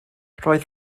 roedd